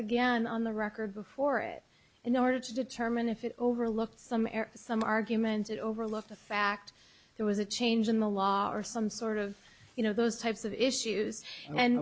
again on the record before it in order to determine if it overlooked some air some argument it overlooked the fact there was a change in the law or some sort of you know those types of issues and